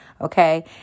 Okay